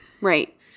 right